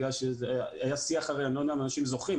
אני לא יודע אם אנשים זוכרים,